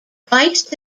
christ